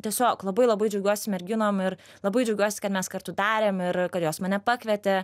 tiesiog labai labai džiaugiuosi merginom ir labai džiaugiuosi kad mes kartu darėm ir kad jos mane pakvietė